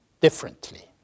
differently